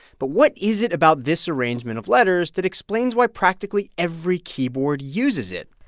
but what is it about this arrangement of letters that explains why practically every keyboard uses it?